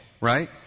right